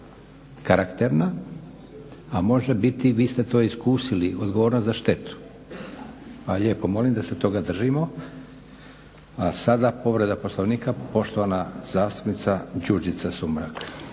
karakterna, a može biti vi ste to iskusili, odgovornost za štetu. Pa lijepo molim da se toga držimo. A sada povreda Poslovnika poštovana zastupnica Đurđica Sumrak.